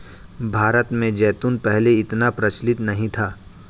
भारत में जैतून पहले इतना प्रचलित नहीं था